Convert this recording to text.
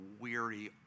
weary